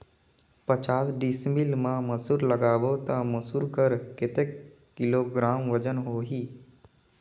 पचास डिसमिल मा मसुर लगाबो ता मसुर कर कतेक किलोग्राम वजन होही?